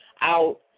out